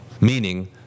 Meaning